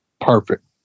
Perfect